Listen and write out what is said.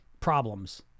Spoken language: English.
problems